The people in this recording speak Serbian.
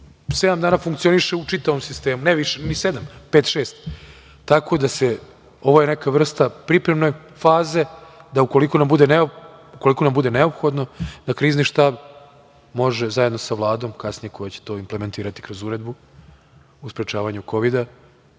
dana funkcioniše u čitavom sistemu, ni sedam, pet, šest. Tako da je ovo neka vrsta pripremne faze, ukoliko nam bude neophodno, da Krizni štab može, zajedno sa Vladom, kasnije koja će to da implementira kroz uredbu u sprečavanju kovida,